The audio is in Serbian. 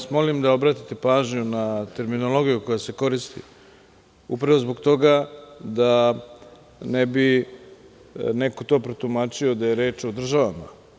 Molim vas da obratite pažnju na terminologiju koja se koristi, upravo zbog toga da ne bi neko to protumačio da je reč o državama.